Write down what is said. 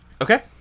Okay